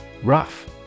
Rough